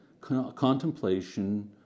contemplation